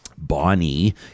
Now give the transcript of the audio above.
Bonnie